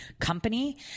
company